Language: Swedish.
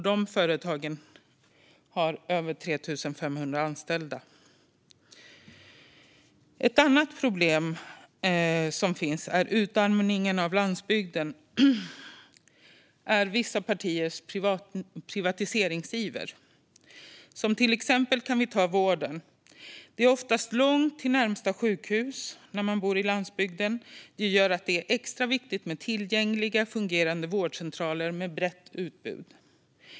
De företagen har tillsammans över 3 500 anställda. Ett annat problem som bidrar till utarmningen av landsbygden är vissa partiers privatiseringsiver. Som exempel kan vi ta vården. Det är oftast långt till närmaste sjukhus när man bor på landsbygden. Det gör att det är extra viktigt med tillgängliga fungerande vårdcentraler med brett utbud.